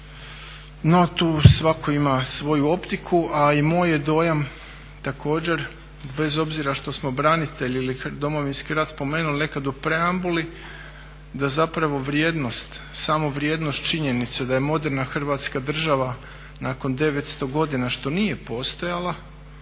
no tu svakako ima svoju optiku a i moj je dojam također, bez obzira što smo branitelje ili Domovinski rat spomenuli nekad u preambuli, da zapravo vrijednost, samo vrijednost činjenice da je moderna Hrvatska država nakon 900 godina što nije postojala,